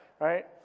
right